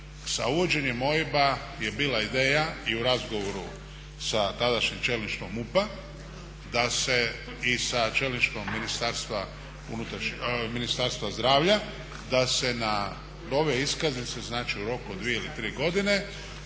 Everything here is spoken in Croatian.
sa uvođenjem OIB-a je bila ideja i u razgovoru sa tadašnjim čelništvom MUP i sa čelništvom Ministarstva zdravlja da se na nove iskaznice znači u roku 2 ili 3 godine